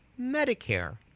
Medicare